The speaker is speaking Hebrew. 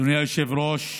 אדוני היושב-ראש,